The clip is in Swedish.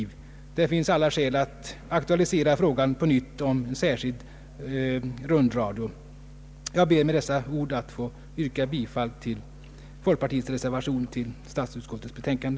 Det finns alla skäl att på nytt aktualisera frågan om särskild rundradio. Jag ber att med dessa ord få yrka bifall till folkpartiets reservation till detta statsutskottsutlåtande.